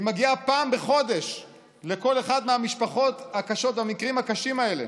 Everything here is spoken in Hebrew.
היא מגיעה פעם בחודש לכל אחת מהמשפחות הקשות והמקרים הקשים האלה.